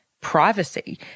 privacy